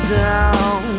down